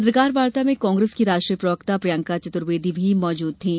पत्रकार वार्ता में कांग्रेस की राष्ट्रीय प्रवक्ता प्रियंका चतुर्वेदी भी मौजूद थीं